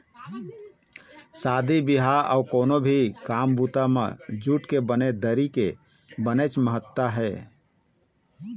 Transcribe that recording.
शादी बिहाव अउ कोनो भी काम बूता म जूट के बने दरी के बनेच महत्ता हे